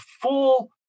full